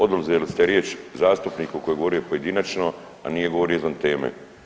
Oduzeli ste riječ zastupniku koji je govorio pojedinačno, a nije govorio izvan teme.